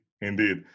indeed